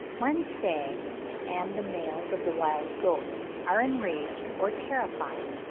when stags, and the males of the wild goat, are enraged or terrified,